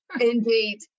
Indeed